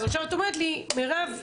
עכשיו את אומרת לי: מירב,